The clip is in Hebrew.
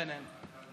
אין, אין.